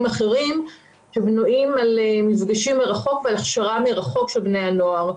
אחרים שבנויים על מפגשים מרחוק ועל הכשרה מרחוק של בני הנוער.